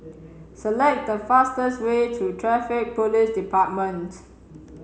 select the fastest way to Traffic police department